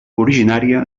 originària